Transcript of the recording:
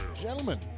gentlemen